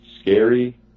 scary